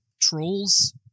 trolls